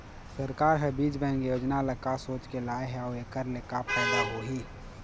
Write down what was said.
सरकार ह बीज बैंक योजना ल का सोचके लाए हे अउ एखर ले का फायदा होही?